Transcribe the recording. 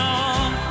on